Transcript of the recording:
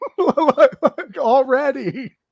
Already